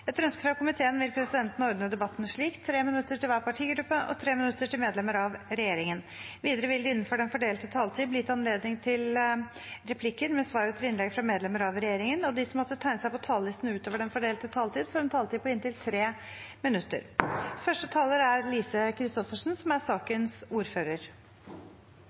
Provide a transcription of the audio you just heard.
Etter ønske fra arbeids- og sosialkomiteen vil presidenten ordne debatten slik: 3 minutter til hver partigruppe og 3 minutter til medlemmer av regjeringen. Videre vil det – innenfor den fordelte taletid – bli gitt anledning til replikker med svar etter innlegg fra medlemmer av regjeringen, og de som måtte tegne seg på talerlisten utover den fordelte taletid, får en taletid på inntil 3 minutter. Komiteen har vedtatt et begrenset debattopplegg, så jeg skal, som